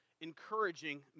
encouraging